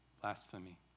blasphemy